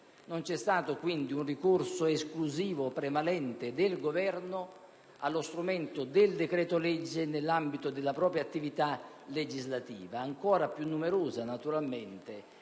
Non c'è stato, quindi, un ricorso esclusivo o prevalente del Governo allo strumento del decreto-legge nell'ambito della propria attività legislativa. Ancora maggiore, naturalmente,